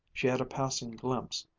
she had a passing glimpse,